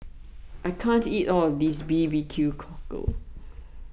I can't eat all of this Barbecue Cockle